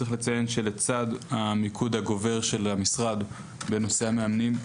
צריך לציין שלצד הניקוד הגובר של המשרד בנושא המאמנים,